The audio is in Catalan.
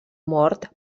mort